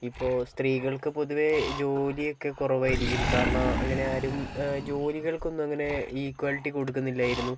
ഇപ്പോൾ സ്ത്രീകള്ക്കു പൊതുവേ ജോലി ഒക്കെ കുറവായിരിക്കും കാരണം അങ്ങെനെ ആരും ജോലികള്ക്കൊന്നും അങ്ങനെ ഈക്വാളിറ്റി കൊടുക്കുന്നില്ലായിരുന്നു